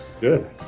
Good